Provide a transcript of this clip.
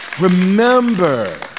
Remember